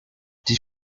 die